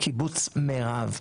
בקיבוץ מירב,